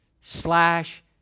slash